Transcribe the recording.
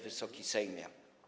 Wysoki Sejmie!